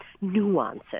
nuances